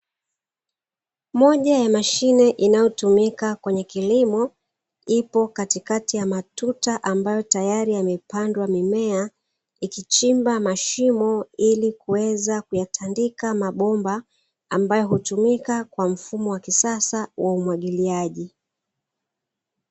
Moja ya mashine inayotumika kwenye kilimo, iko katikati ya matuta ambayo tayari yamepandwa mimea, ikichimba mashimo ili kuweza kuyatandika mabomba, ambayo hutumika kwa mfumo wa kisasa wa umwagiliaji.